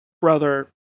brother